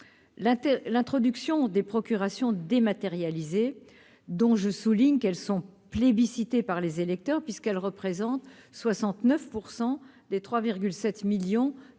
l'introduction des procurations dématérialisé dont je souligne qu'elles sont plébiscitées par les électeurs, puisqu'elle représente 69 % des 3 7 millions de procuration